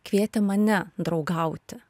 kvietė mane draugauti